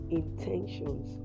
intentions